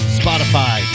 spotify